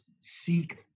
seek